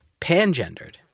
Pangendered